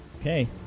Okay